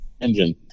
engine